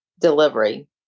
delivery